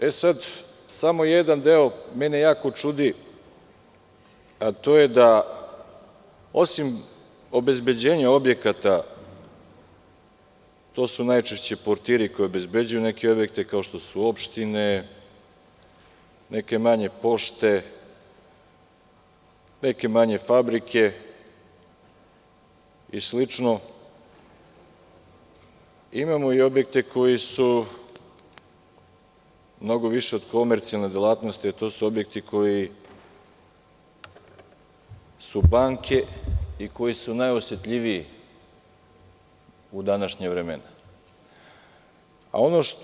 Jedan deo mene jako čudi, a to je da osim obezbeđenja objekata, to su najčešće portiri koji obezbeđuju neke objekte kao što su opštine, manje pošte, manje fabrike i sl, imamo i objekte koji su mnogo više od komercijalne delatnosti, a to su objekti koji su banke i koji su najosetljiviji u današnjim vremenima.